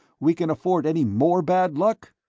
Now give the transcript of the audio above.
we can afford any more bad luck?